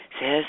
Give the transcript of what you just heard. says